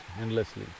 endlessly